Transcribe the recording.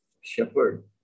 shepherd